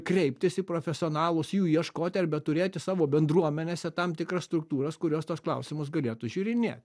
kreiptis į profesionalus jų ieškoti arbe turėti savo bendruomenėse tam tikras struktūras kurios tuos klausimus galėtų žiūrinėt